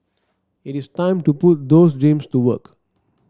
it is time to put those dreams to work